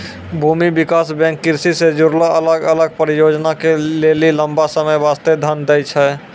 भूमि विकास बैंक कृषि से जुड़लो अलग अलग परियोजना के लेली लंबा समय बास्ते धन दै छै